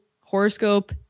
horoscope